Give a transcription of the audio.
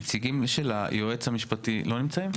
נציגי היועץ המשפטי במשרד המשפטים לא נמצאים?